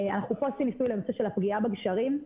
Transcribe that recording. אנחנו עושים ניסוי לנושא של הפגיעה בגשרים,